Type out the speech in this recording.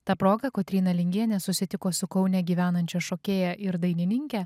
ta proga kotryna lingienė susitiko su kaune gyvenančia šokėja ir dainininke